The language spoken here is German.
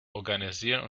organisieren